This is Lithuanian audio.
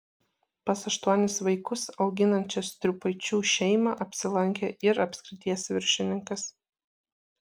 pas aštuonis vaikus auginančią striupaičių šeimą apsilankė ir apskrities viršininkas